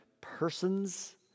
persons